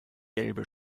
gelbe